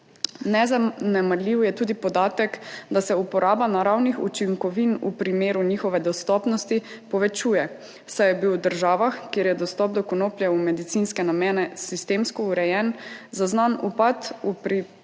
Nezanemarljiv je tudi podatek, da se uporaba naravnih učinkovin v primeru njihove dostopnosti povečuje, saj je bil v državah, kjer je dostop do konoplje v medicinske namene sistemsko urejen, zaznan upad v predpisovanju